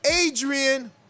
Adrian